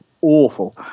awful